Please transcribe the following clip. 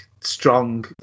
strong